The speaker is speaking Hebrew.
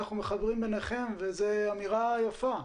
זאת אמירה יפה.